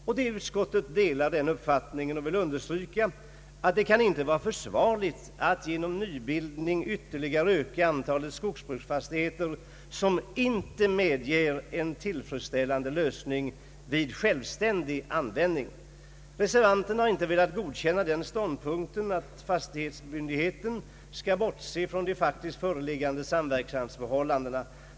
Ut skottet delar denna uppfattning och vill understryka att det inte kan vara försvarligt att genom nybildning ytterligare öka antalet skogsbruksfastigheter, som inte medger en tillfredsställande lösning vid självständig drift. Reservanterna har inte velat godkänna ståndpunkten att fastighetsmyndigheten skall bortse från de faktiskt föreliggande samverkansförhållandena.